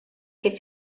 che